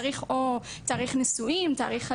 צריך או תאריך נישואין או תאריך עלייה,